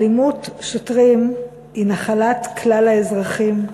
אלימות שוטרים היא נחלת כלל האזרחים.